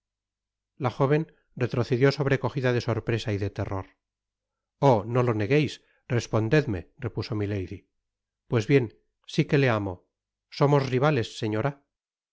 la jóven retrocedió sobrecogida de sorpresa y de terror oh i no lo negueis respondedme repuso milady pues bien t si que le amo somos rivales señora